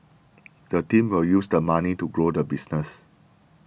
the team will use the money to grow the business